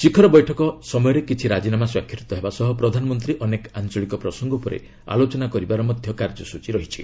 ଶିଖର ବୈଠକ ସମୟରେ କିଛି ରାଜିନାମା ସ୍ୱାକ୍ଷରିତ ହେବା ସହ ପ୍ରଧାନମନ୍ତ୍ରୀ ଅନେକ ଆଞ୍ଚଳିକ ପ୍ରସଙ୍ଗ ଉପରେ ଆଲୋଚନା କରିବାର କାର୍ଯ୍ୟସ୍ଟଚୀ ରହିଛି